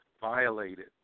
violated